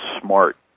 smart